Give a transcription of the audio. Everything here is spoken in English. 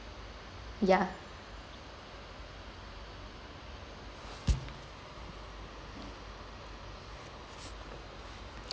ya